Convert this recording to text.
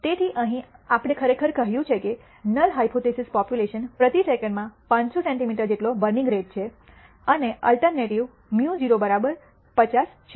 તેથી અહીં આપણે ખરેખર કહ્યું છે કે નલ હાયપોથીસિસ પોપ્યુલેશન પ્રતિ સેકન્ડમાં 50 સેન્ટિમીટર જેટલો બર્નિંગ રેટ છે અને અલ્ટરનેટિવ μ₀ 50 છે